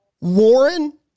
Warren